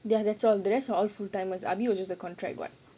ya that's all the rest are all full timers ah bee was just a contract [what]